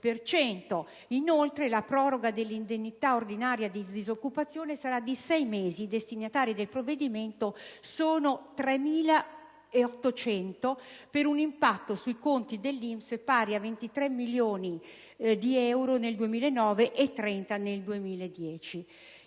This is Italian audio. per cento. Inoltre, la proroga dell'indennità ordinaria di disoccupazione sarà di sei mesi: i destinatari del provvedimento sono 3.800, con un impatto sui conti dell'INPS pari a 23 milioni di euro nel 2009 e 30 milioni